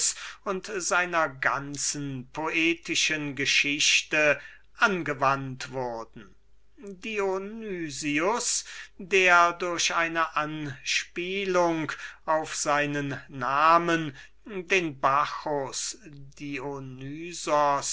und seiner ganzen poetischen geschichte angewendet wurden dionys der durch eine anspielung auf seinen namen den bacchus